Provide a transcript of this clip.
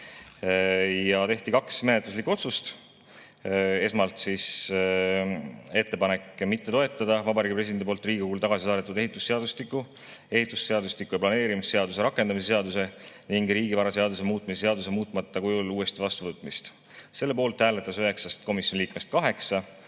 Tehti kaks menetluslikku otsust. Esmalt ettepanek mitte toetada Vabariigi Presidendi poolt Riigikogule tagasi saadetud ehitusseadustiku, ehitusseadustiku ja planeerimisseaduse rakendamise seaduse ning riigivaraseaduse muutmise seaduse muutmata kujul uuesti vastuvõtmist. Selle poolt hääletas üheksast komisjoni liikmest 8,